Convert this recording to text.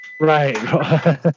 Right